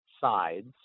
sides